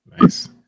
nice